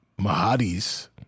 Mahadi's